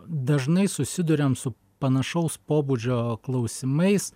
dažnai susiduriam su panašaus pobūdžio klausimais